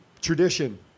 tradition